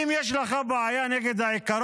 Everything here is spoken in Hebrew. אם יש לך בעיה עם העיקרון,